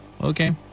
Okay